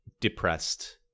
depressed